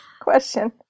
question